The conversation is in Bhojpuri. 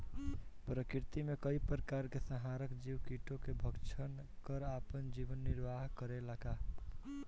प्रकृति मे कई प्रकार के संहारक जीव कीटो के भक्षन कर आपन जीवन निरवाह करेला का?